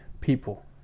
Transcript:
people